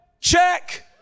check